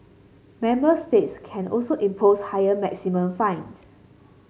member states can also impose higher maximum fines